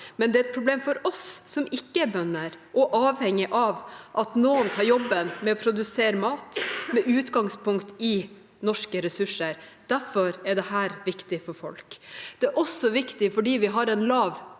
imidlertid et problem for oss som ikke er bønder, og som er avhengig av at noen tar jobben med å produsere mat med utgangspunkt i norske ressurser. Derfor er dette viktig for folk. Det er også viktig fordi vi har lav